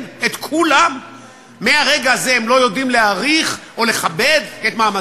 לתת לחברה, לתת לבעל